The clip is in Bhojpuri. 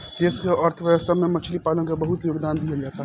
देश के अर्थव्यवस्था में मछली पालन के बहुत योगदान दीहल जाता